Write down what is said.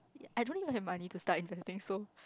I don't even have money to start inventing so